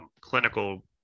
clinical